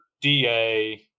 da